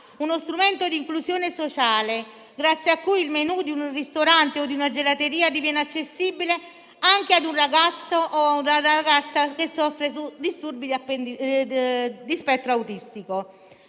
uno strumento di inclusione sociale grazie al quale il menù di un ristorante o di una gelateria diviene accessibile anche a un ragazzo o a una ragazza che soffre di disturbi dello spettro autistico.